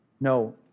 No